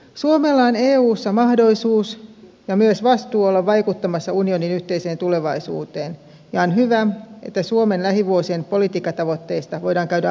suomella on eussa mahdollisuus ja myös vastuu olla vaikuttamassa unionin yhteiseen tulevaisuuteen ja on hyvä että suomen lähivuosien politiikkatavoitteista voidaan käydä avointa keskustelua